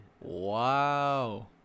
Wow